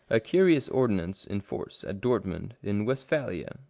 a curious ordinance in force at dortmund, in westphalia,